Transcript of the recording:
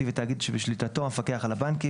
ותאגיד שבשליטתו - המפקח על הבנקים,